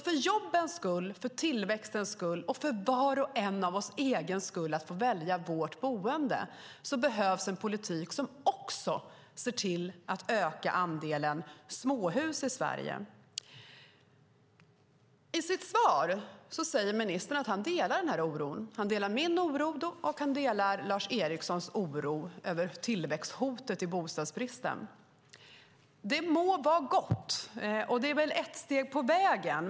För jobbens skull, för tillväxtens skull och vars och ens egen skull, att få välja sitt boende, behövs en politik som ser till att öka andelen småhus i Sverige. I sitt svar säger ministern att han delar den här oron. Han delar min oro, och han delar Lars Erikssons oro över tillväxthotet i bostadsbristen. Det må vara gott, och det är väl ett steg på vägen.